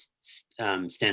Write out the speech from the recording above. stand